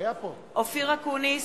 אופיר אקוניס,